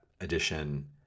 edition